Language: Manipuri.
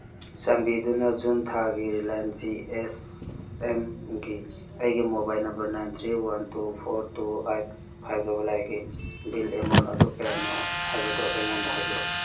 ꯆꯥꯟꯕꯤꯗꯨꯅ ꯖꯨꯟ ꯊꯥꯒꯤ ꯔꯤꯂꯥꯏꯟꯁ ꯖꯤ ꯑꯦꯁ ꯑꯦꯝꯒꯤ ꯑꯩꯒꯤ mobile number nine three one two four two eight five double ꯑꯥꯏꯠꯀꯤ ꯕꯤꯜ ꯑꯦꯃꯥꯎꯟ ꯑꯗꯨ ꯀꯌꯥꯅꯣ ꯍꯥꯏꯕꯗꯨ ꯑꯩꯉꯣꯟꯗ ꯍꯥꯏꯕꯤꯔꯛꯎ